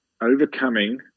overcoming